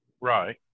Right